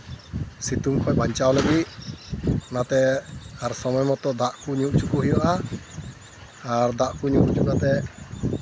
ᱥᱤᱛᱩᱝ ᱠᱷᱚᱡ ᱵᱟᱧᱪᱟᱣ ᱞᱟᱹᱜᱤᱫ ᱚᱱᱟᱛᱮ ᱟᱨ ᱥᱚᱢᱚᱭ ᱢᱚᱛᱚ ᱫᱟᱜ ᱠᱚ ᱧᱩ ᱦᱚᱪᱚ ᱠᱚ ᱦᱩᱭᱩᱜᱼᱟ ᱟᱨ ᱫᱟᱜ ᱠᱚ ᱧᱩ ᱦᱚᱪᱚ ᱠᱟᱛᱮᱫ